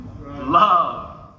Love